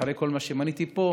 אחרי כל מה שמניתי פה,